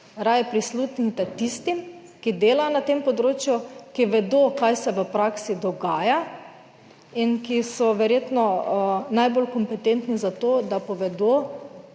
raje prisluhnite tistim, ki delajo na tem področju, ki vedo, kaj se v praksi dogaja in ki so verjetno najbolj kompetentni za to, da povedo,